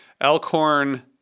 Elkhorn